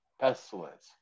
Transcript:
pestilence